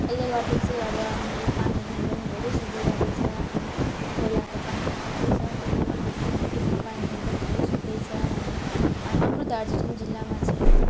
यसले गर्दा चाहिँ अब पानीहरू पनि धेरै सुक्दै जाँदैछ अनि खोलाको पानी सुक्दैछ त्यसले गर्दा चाहिँ अनि कुपमा पानीहरू पनि धेरै सुक्दैछ अनि हाम्रो दार्जिलिङ जिल्लामा चाहिँ